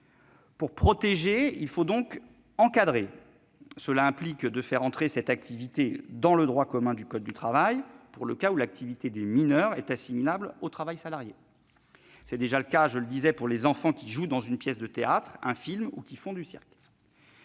Pour protéger, il faut encadrer. Cela implique de faire entrer cette activité dans le droit commun du code du travail, pour le cas où l'activité des mineurs est assimilable au travail salarié. C'est déjà le cas- je le disais -pour les enfants qui jouent dans une pièce de théâtre, dans un film, ou qui font du cirque.